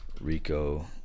Rico